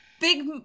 Big